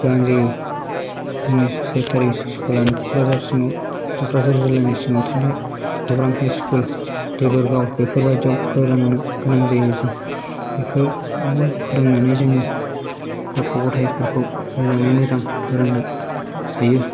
गोनां जायो सोरकारि स्कुलानो क'क्राझार सिङाव क'क्राझार जिलानि सिङाव थानाय गौरां हाइ स्कुल देबोरगाव बेफोरबायदियाव फोरोंनो गोनां जायो जों बेफोराव फोरोंनानै जों गथ' गथायखौ मोजाङै मोजां फोरोंनो हायो